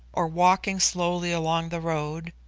or walking slowly along the road,